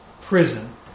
prison